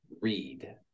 Read